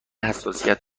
حساسیت